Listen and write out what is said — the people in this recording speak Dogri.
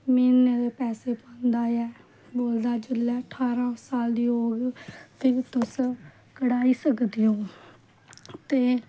म्हीनें दे पैसे पांदा ऐ ओह् जिसलै अठाह्रां साल दी होग ते तुस कढाई सकदे ओ ते